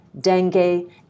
Dengue